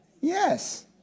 Yes